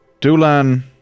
Dulan